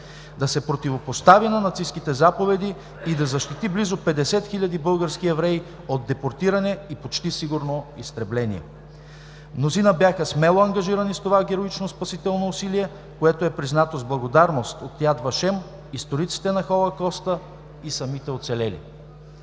да се противопостави на нацистките заповеди и да защити близо 50 хил. български евреи от депортиране и почти сигурно изтребление. Мнозина бяха смело ангажирани с това героично спасително усилие, което е признато с благодарност от Хияд Вашем, историците на холокоста и самите оцелели.